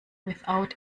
without